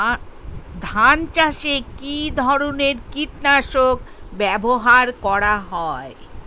ধান চাষে কী ধরনের কীট নাশক ব্যাবহার করা হয়?